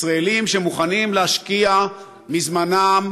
ישראלים שמוכנים להשקיע מזמנם,